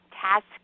tasks